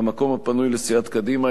במקום הפנוי לסיעת קדימה,